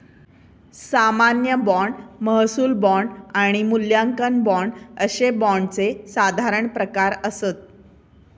सामान्य बाँड, महसूल बाँड आणि मूल्यांकन बाँड अशे बाँडचे साधारण प्रकार आसत